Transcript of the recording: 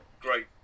great